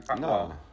No